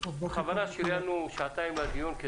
בכוונה שריינו שעתיים לדיון.